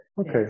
okay